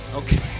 okay